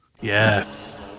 Yes